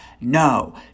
no